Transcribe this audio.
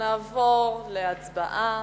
נעבור להצבעה